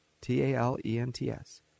T-A-L-E-N-T-S